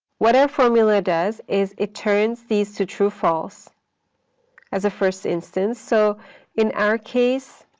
what our formula does is it turns these to true false as a first instance. so in our case,